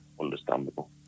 understandable